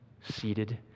seated